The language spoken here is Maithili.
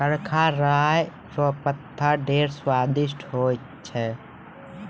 करका राय रो पत्ता ढेर स्वादिस्ट होय छै